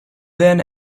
then